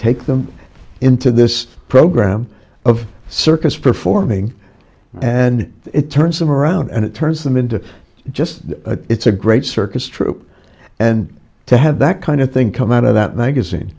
take them into this program of circus performing and it turns them around and it turns them into just it's a great circus troupe and to have that kind of thing come out of that magazine